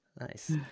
nice